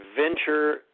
venture